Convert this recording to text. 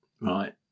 Right